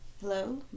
Hello